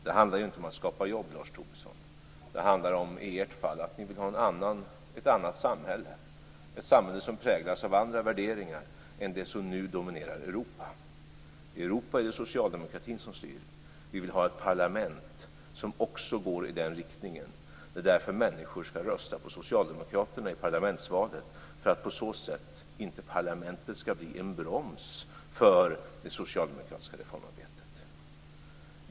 Det handlar ju inte om att skapa jobb, Lars Tobisson. Det handlar i ert fall om att ni vill ha ett annat samhälle, ett samhälle som präglas av andra värderingar än de som nu dominerar Europa. I Europa är det socialdemokratin som styr. Vi vill ha ett parlament som också går i den riktningen. Det är därför människor skall rösta på Socialdemokraterna i parlamentsvalet, för att parlamentet på så sätt inte skall bli en broms för det socialdemokratiska reformarbetet.